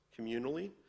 communally